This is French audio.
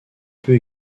peu